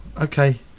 okay